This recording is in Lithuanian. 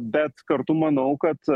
bet kartu manau kad